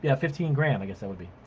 yeah fifteen grand, i guess that would be.